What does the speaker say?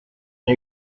the